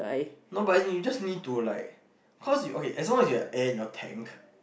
no but as in you just need to like cause you okay as long as you have air in your tank